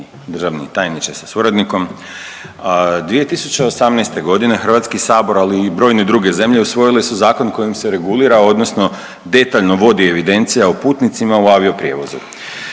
državni tajniče sa suradnikom. 2018. godine Hrvatski sabor ali i brojne druge zemlje usvojile su zakon kojim se regulira, odnosno detaljno vodi evidencija o putnicima u avioprijevozu.